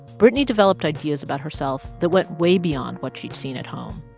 brittany developed ideas about herself that went way beyond what she'd seen at home.